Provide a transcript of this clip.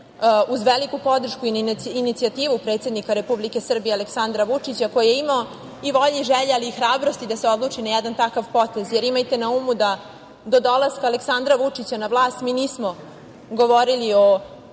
uz veliku podršku i inicijativu predsednika Republike Srbije Aleksandra Vučića koji je imao i volje i želje i hrabrosti da se odluči na jedan takav potez, jer imajte na umu da do dolaska Aleksandra Vučića na vlast mi nismo govorili o